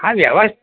હા વ્યવ